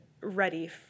ready